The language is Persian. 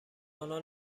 آنها